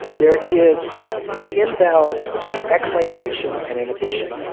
there is an imbalance between excitation and inhibition.